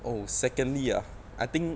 oh secondly ah I think